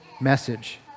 message